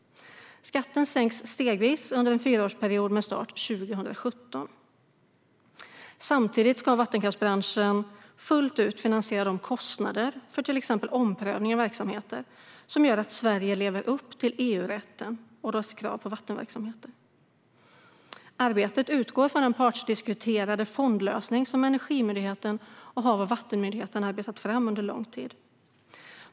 Skatten sänks stegvis under en fyraårsperiod med start 2017. Samtidigt ska vattenkraftsbranschen fullt ut finansiera de kostnader för till exempel omprövning av verksamheter som gör att Sverige lever upp till EU-rätten och dess krav på vattenverksamheter. Arbetet utgår från den partsdiskuterade fondlösning som Energimyndigheten och Havs och vattenmyndigheten har arbetat fram under lång tid.